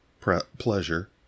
pleasure